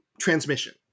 transmission